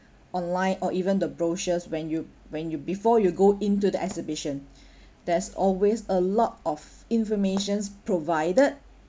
online or even the brochures when you when you before you go into the exhibition there's always a lot of information provided